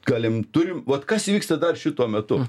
galim turim vat kas įvyksta dar šituo metu